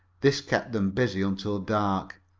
this kept them busy until dark.